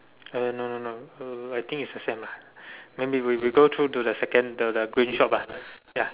uh no no no uh I think is the same lah then we we go through to the second the the green shop lah ya